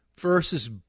versus